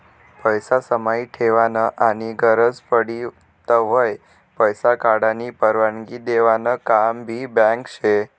पैसा समाई ठेवानं आनी गरज पडी तव्हय पैसा काढानी परवानगी देवानं काम भी बँक शे